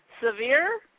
severe